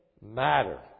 matter